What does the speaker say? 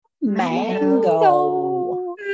Mango